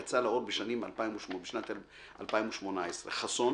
יצא לאור בשנת 2018. חסון